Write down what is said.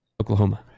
oklahoma